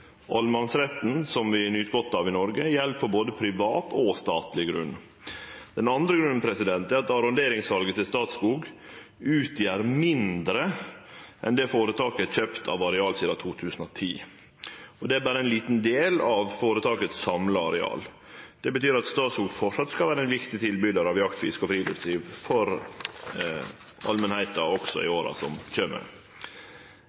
allemannsretten som vi nyt godt av i Noreg, gjeld på både privat og statleg grunn. Arronderingssalet til Statskog utgjer mindre enn det føretaket har kjøpt av areal sidan 2010, og det er berre ein liten del av det samla arealet til føretaket. Det betyr at Statskog framleis skal vere ein viktig tilbydar av jakt, fiske og friluftsliv for allmenta, også i